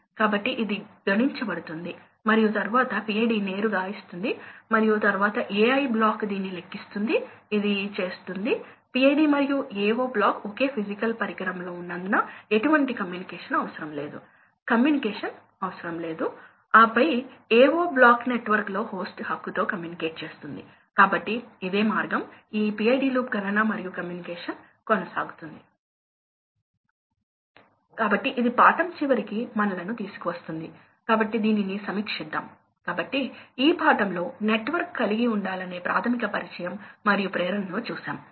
కాబట్టి విషయం ఏమిటంటే పంప్ విషయంలో కొన్నిసార్లు పంపులు స్టాటిక్ హెడ్ తో పనిచేస్తాయి కాబట్టి మీకు స్టాటిక్ హెడ్ ఉంటే లోడ్ లక్షణం ఉంటుంది ఇది స్టాటిక్ హెడ్ లేకుండా ఇక్కడ P KQ2 రకం లక్షణం కాని P k1xQ2 k2 లక్షణం ఉన్న స్టాటిక్ హెడ్తో కూడా ఒక పంప్ పనిచేయగలదు కాబట్టి ఈ k2 అనేది పంప్ ఇన్లెట్ వద్ద ఉన్న స్టాటిక్ ప్రెజర్ కొన్నిసార్లు పంప్ ఎలివేట్ కావచ్చు అటువంటి సందర్భంలో ఉదాహరణకు పంప్ క్రింద ఉండవచ్చు మరియు లోడ్ నిలువు ఎత్తులో ఉండవచ్చు